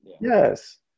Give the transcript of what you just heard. Yes